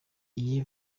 iyo